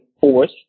force